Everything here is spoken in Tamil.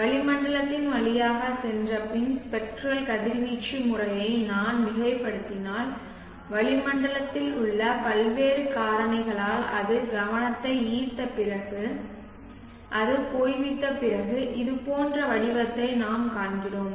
வளிமண்டலத்தின் வழியாகச் சென்றபின் ஸ்பெக்ட்ரல் கதிர்வீச்சு முறையை நான் மிகைப்படுத்தினால் வளிமண்டலத்தில் உள்ள பல்வேறு காரணிகளால் அது கவனத்தை ஈர்த்த பிறகு அது போய்விட்ட பிறகு இதுபோன்ற வடிவத்தை நாம் காண்கிறோம்